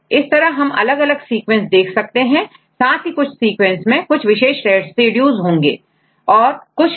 इस तरह हम अलग अलग सीक्वेंसेस देख सकते हैं साथ ही कुछ सीक्वेंसेस में कुछ विशेष रेसिड्यूज होंगे और कुछ मैं यह सीक्वेंस रेसिड्यू नहीं होंगे